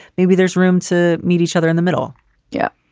maybe there's room to meet each other in the middle yeah.